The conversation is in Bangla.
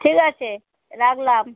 ঠিক আছে রাখলাম